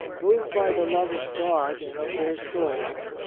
moved by the love of god and of their souls,